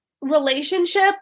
relationship